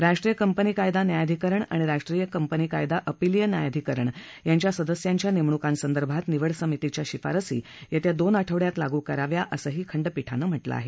राष्ट्रीय कंपनी कायदा न्यायाधिकरण आणि राष्ट्रीय कंपनी कायदा अपलीय न्यायाधिकरण याच्या सदस्यांच्या नेमणूका संदर्भात निवड समितीच्या शिफारसी येत्या दोन आठवड्यात लागू कराव्या असंही खंडपीठानं म्हटलं आहे